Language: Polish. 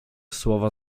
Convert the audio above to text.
słowa